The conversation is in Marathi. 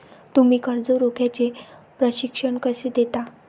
तुम्ही कर्ज रोख्याचे प्रशिक्षण कसे देता?